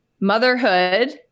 motherhood